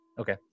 Okay